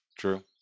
True